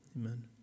Amen